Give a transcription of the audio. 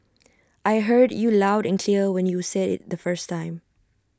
I heard you loud and clear when you said IT the first time